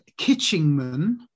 Kitchingman